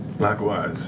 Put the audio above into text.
Likewise